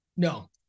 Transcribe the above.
no